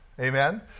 Amen